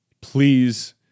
please